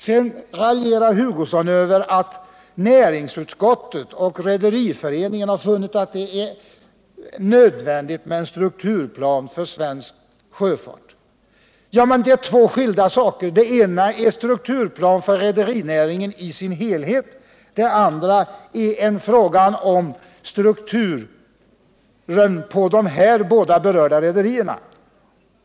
Sedan raljerar Kurt Hugosson också över att näringsutskottet och Redareföreningen har funnit det nödvändigt med en strukturplan för svensk sjöfart. Men det gäller två skilda planer. Den ena är en strukturplan för rederinäringen i dess helhet, den andra rör strukturen på de båda berörda rederierna.